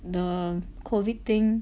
the COVID thing